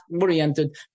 oriented